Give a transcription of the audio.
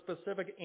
specific